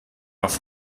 auf